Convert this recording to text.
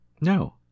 No